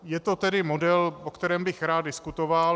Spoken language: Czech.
Je to tedy model, o kterém bych rád diskutoval.